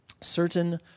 certain